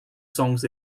songs